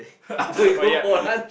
oh ya